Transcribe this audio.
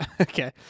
Okay